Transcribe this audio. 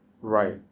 Right